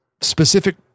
specific